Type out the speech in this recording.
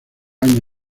años